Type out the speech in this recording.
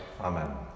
amen